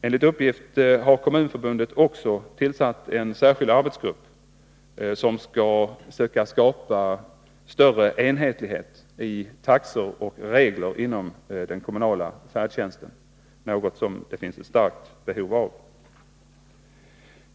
Enligt uppgift har Kommunförbundet också tillsatt en särskild arbetsgrupp som skall söka skapa större enhetlighet i taxor och regler inom den kommunala färdtjänsten, något som det finns ett starkt behov av.